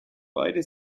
beide